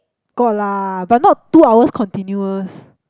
got lah but not two hours continuous